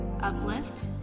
Uplift